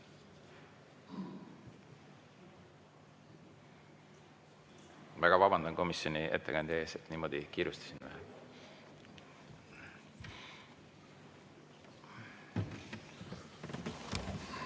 Väga vabandan komisjoni ettekandja ees, et ma niimoodi kiirustasin.